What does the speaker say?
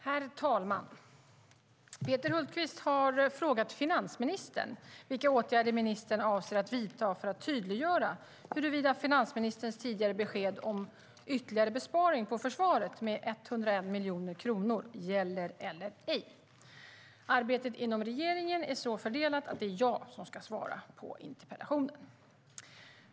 Herr talman! Peter Hultqvist har frågat finansministern vilka åtgärder ministern avser att vidta för att tydliggöra huruvida finansministerns tidigare besked om ytterligare besparing på försvaret med 101 miljoner kronor gäller eller ej. Arbetet inom regeringen är så fördelat att det är jag som ska svara på interpellationen.